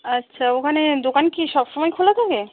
আচ্ছা ওখানে দোকান কি সবসময় খোলা থাকে